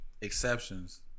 Exceptions